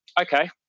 okay